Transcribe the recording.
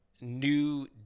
new